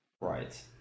right